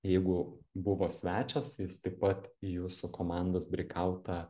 jeigu buvo svečias jis taip pat į jūsų komandos breikautą